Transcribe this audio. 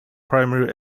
primary